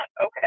okay